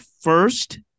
first